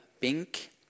pink